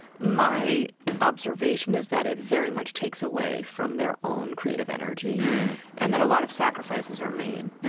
my observation is that it very much takes away from their own creative energy and that a lot of sacrifices are made.